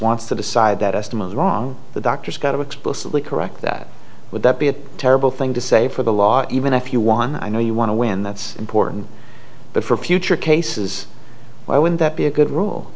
wants to decide that estimate is wrong the doctor's got to explicitly correct that would that be a terrible thing to say for the law even if you won i know you want to win that's important but for future cases why would that be a good r